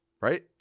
Right